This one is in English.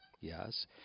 yes